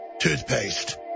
toothpaste